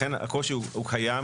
לכן הקושי קיים.